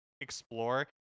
explore